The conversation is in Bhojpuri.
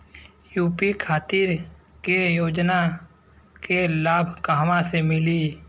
यू.पी खातिर के योजना के लाभ कहवा से मिली?